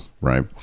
right